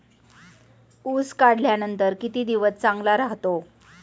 ऊस काढल्यानंतर किती दिवस चांगला राहतो?